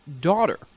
daughter